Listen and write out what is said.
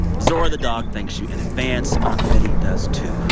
zora the dog thanks you in advance. aunt betty does, too.